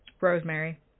Rosemary